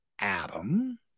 Adam